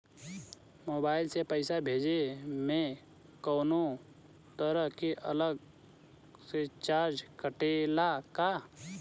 Mobile से पैसा भेजे मे कौनों तरह के अलग से चार्ज कटेला का?